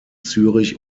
zürich